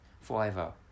forever